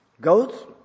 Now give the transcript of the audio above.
Goats